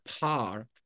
power